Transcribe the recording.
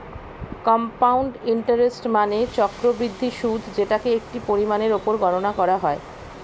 compound interest মানে চক্রবৃদ্ধি সুদ যেটাকে একটি পরিমাণের উপর গণনা করা হয়